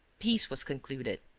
peace was concluded.